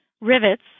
rivets